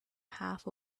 half